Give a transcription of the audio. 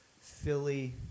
Philly